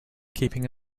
keeping